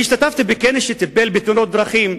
אני השתתפתי בכנס שטיפל בתאונות דרכים.